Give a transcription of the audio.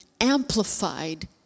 amplified